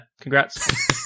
Congrats